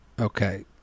Okay